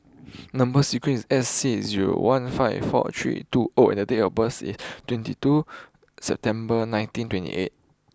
number sequence is S six zero one five four three two O and date of birth is twenty two September nineteen twenty eight